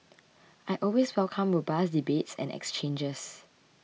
I always welcome robust debates and exchanges